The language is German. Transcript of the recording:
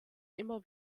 immer